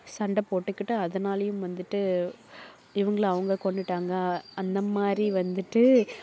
சண்டை போட்டுக்கிட்டு அதனாலேயும் வந்துட்டு இவங்கள அவங்க கொன்றுட்டாங்க அந்த மாரி வந்துட்டு